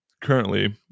currently